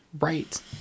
Right